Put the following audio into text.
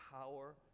power